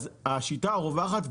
השיטה הרווחת,